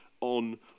on